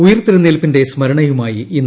ഉയിർത്തെഴുന്നേൽപ്പിന്റെ സ്മരണയുമായി ഇന്ന്